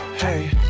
Hey